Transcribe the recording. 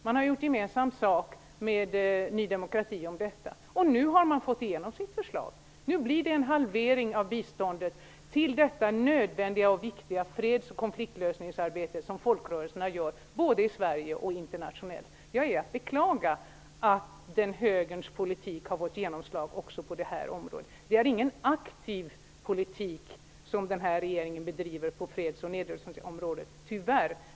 Man har gjort gemensam sak med Ny demokrati om detta, och nu har man fått igenom sitt förslag. Nu blir det en halvering av biståndet till det nödvändiga och viktiga freds och konfliktlösningsarbete som folkrörelserna gör både i Sverige och internationellt. Det är att beklaga att högerns politik har fått genomslag också på detta område. Det är inte någon aktiv politik som denna regering bedriver på freds och nedrustningsområdet, tyvärr.